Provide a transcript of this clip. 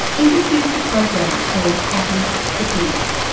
introduced a program called atoms for peace.